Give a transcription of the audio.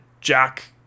Jack